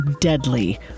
deadly